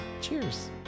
Cheers